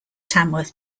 tamworth